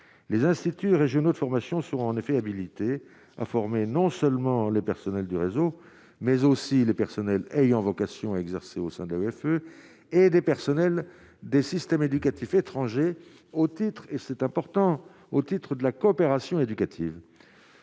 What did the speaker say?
les instituts régionaux de formation sera en effet habilité à former, non seulement les personnels du réseau. Mais aussi les personnels ayant vocation à exercer au sein de et des personnels des systèmes éducatifs étrangers au titre et c'est important, au titre de la coopération éducative,